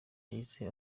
yahise